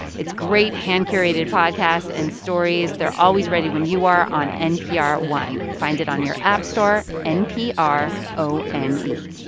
it's great, hand-curated podcasts and stories. they're always ready when you are on npr one. find it on your app store npr o n e